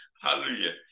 hallelujah